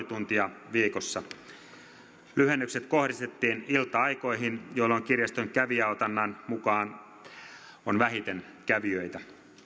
tuntia viikossa lyhennykset kohdistettiin ilta aikoihin jolloin kirjaston kävijäotannan mukaan on vähiten kävijöitä